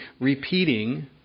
repeating